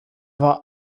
war